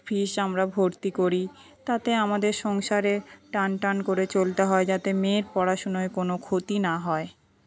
ফিস আমরা ভর্তি করি তাতে আমাদের সংসারে টানটান করে চলতে হয় যাতে মেয়ের পড়াশোনায় কোন ক্ষতি না হয়